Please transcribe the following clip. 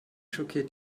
schockiert